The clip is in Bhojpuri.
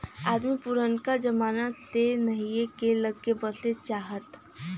अदमी पुरनका जमाना से नहीए के लग्गे बसे चाहत